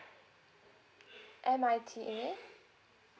M I T A